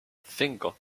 cinco